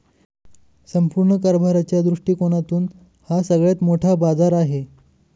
संपूर्ण कारभाराच्या दृष्टिकोनातून हा सगळ्यात मोठा बाजार आहे